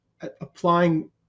applying